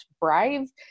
brave